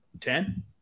Ten